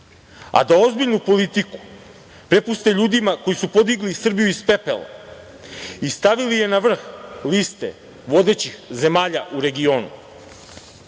a da ozbiljnu politiku prepuste ljudima koji su podigli Srbiju iz pepela i stavili je na vrh liste vodećih zemalja u regionu. Narod